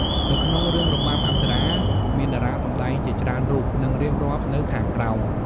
នៅក្នុងរឿងរបាំអប្សរា មានតារាសម្តែងជាច្រើនរូប នឹងរៀបរាប់នៅខាងក្រោម។